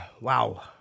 Wow